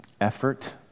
effort